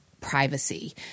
privacy